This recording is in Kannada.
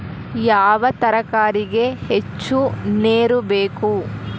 ಯಾವ ತರಕಾರಿಗೆ ಹೆಚ್ಚು ನೇರು ಬೇಕು?